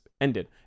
ended